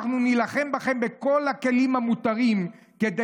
אנחנו נילחם בכם בכל הכלים המותרים כדי